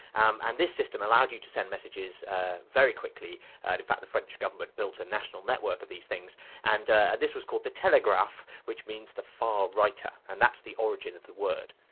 um and this system allowed you to send messages very quickly and, in fact, the french government built a national network of these things and this was called the telegraph, which means the far writer. and that's the origin of the word.